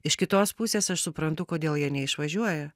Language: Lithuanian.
iš kitos pusės aš suprantu kodėl jie neišvažiuoja